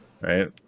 Right